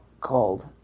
called